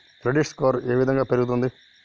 Credit score ఏ విధంగా పెరుగుతుంది?